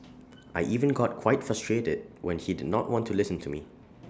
I even got quite frustrated when he did not want to listen to me